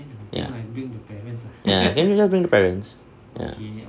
ya then you just bring the parents ya